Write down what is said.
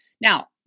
Now